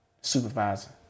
supervisor